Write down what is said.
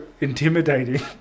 intimidating